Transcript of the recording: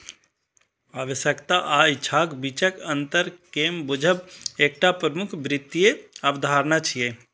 आवश्यकता आ इच्छाक बीचक अंतर कें बूझब एकटा प्रमुख वित्तीय अवधारणा छियै